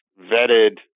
vetted